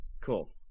Cool